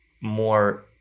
more